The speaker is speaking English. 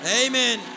amen